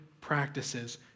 practices